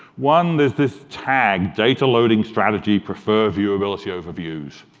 one, there's this tag data loading strategy prefer-viewability-over-views.